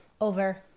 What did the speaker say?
over